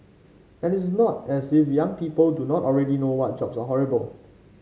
and it's not as if young people do not already know what jobs are horrible